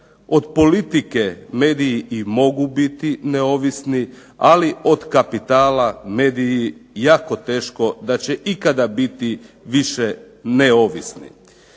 Od politike mediji i mogu biti neovisni, ali od kapitala mediji jako teško da će ikada biti više neovisni.